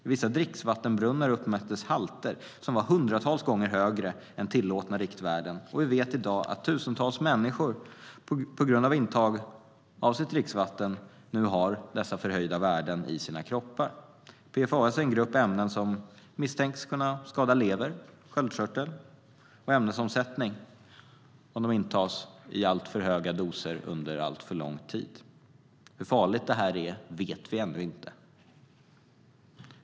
I vissa dricksvattenbrunnar uppmättes halter som var hundratals gånger högre än tillåtna riktvärden, och vi vet i dag att tusentals människor på grund av intag av sitt dricksvatten nu har förhöjda värden i sina kroppar. PFAS är en grupp ämnen som misstänks kunna skada lever, sköldkörtel och ämnesomsättning om de intas i alltför höga halter under lång tid. Hur farligt detta är vet vi ännu inte.